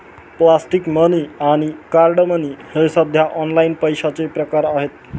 plastic money आणि card money हे सध्या ऑनलाइन पैशाचे प्रकार आहेत